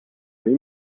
این